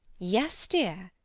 yes, dear,